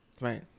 Right